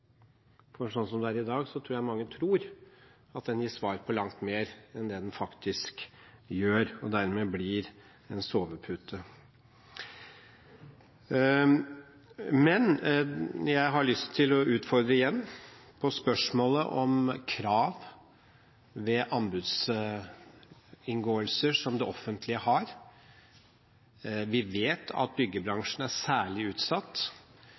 Sånn som det er i dag, tror jeg mange tror at den gir svar på langt mer enn det den faktisk gjør, og dermed blir en sovepute. Jeg har også lyst til å utfordre statsråden på spørsmålet om krav ved anbudsinngåelser med det offentlige. Vi vet at byggebransjen er særlig utsatt.